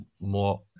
more